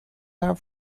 lab